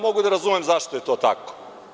Mogu da razumem zašto je to tako.